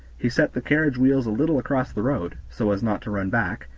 he set the carriage wheels a little across the road, so as not to run back,